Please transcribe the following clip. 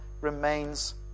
remains